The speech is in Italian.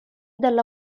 dalla